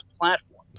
platform